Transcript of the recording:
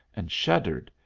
and shuddered.